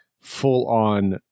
full-on